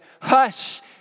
Hush